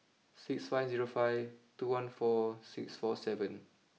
six five zero five two one four six four seven